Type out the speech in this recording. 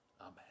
Amen